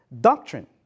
doctrine